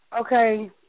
Okay